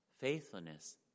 faithfulness